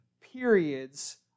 periods